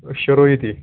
أسۍ شیرو ییٚتی